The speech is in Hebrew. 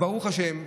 וברוך השם,